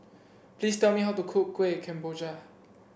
please tell me how to cook Kueh Kemboja